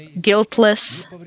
guiltless